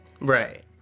Right